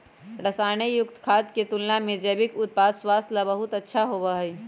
रसायन युक्त खाद्य के तुलना में जैविक उत्पाद स्वास्थ्य ला बहुत अच्छा होबा हई